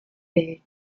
rate